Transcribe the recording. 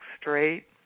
straight